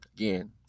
Again